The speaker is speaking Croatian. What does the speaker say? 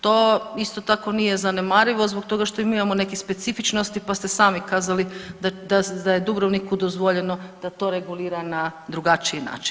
To isto tako nije zanemarivo zato što i mi imamo neke specifičnosti, pa ste sami kazali da je Dubrovniku dozvoljeno da to regulira na drugačiji način.